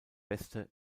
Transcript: beste